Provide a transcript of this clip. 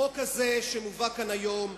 החוק הזה, שמובא כאן היום,